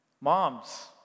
Moms